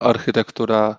architektura